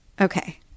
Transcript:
Okay